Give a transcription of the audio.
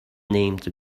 named